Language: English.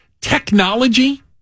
technology